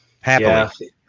happily